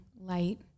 light